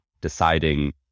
deciding